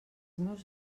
meus